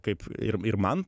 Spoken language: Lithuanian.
kaip ir ir man